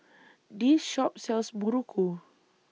This Shop sells Muruku